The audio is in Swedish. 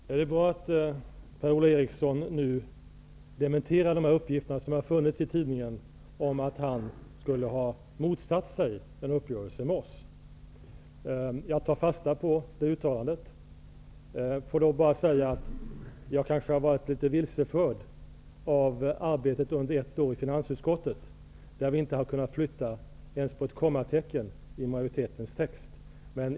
Herr talman! Det är bra att Per-Ola Eriksson dementerar de uppgifter som har funnits i tidningen om att han skulle ha motsatt sig en uppgörelse med oss. Jag tar fasta på det uttalandet. Får jag bara säga att jag kanske har varit litet vilseförd av att under ett år ha arbetat i finansutskottet, där vi inte har kunnat flytta ens på ett kommatecken i majoritetens text.